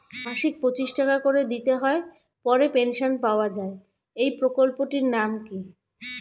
মাসিক পঁচিশ টাকা করে দিতে হয় পরে পেনশন পাওয়া যায় এই প্রকল্পে টির নাম কি?